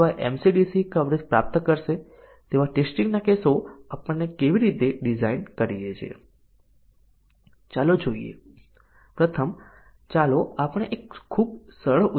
તેથી જ્યાં સુધી આપણી પાસે કન્ડિશન અભિવ્યક્તિમાં ફક્ત 2 અથવા 3 એટોમિક કન્ડિશન હોય ત્યાં સુધી બહુવિધ કન્ડિશન નું કવરેજ અર્થપૂર્ણ છે